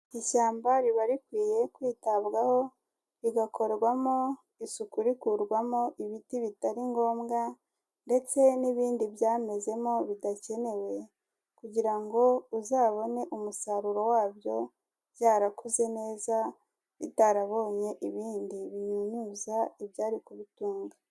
Ishyamba riba rikwiye kwitabwaho, rigakorwamo isuku rikurwamo ibiti bitari ngombwa ndetse n'ibindi byamezemo bidakenewe kugira ngo uzabone umusaruro wabyo byarakuze neza, bitarabonye ibindi binyunyuza ibyari kubitunga.